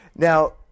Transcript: Now